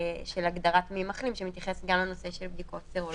הגדרת מי מחלים שמתייחסת גם לנושא של בדיקות סרולוגיות.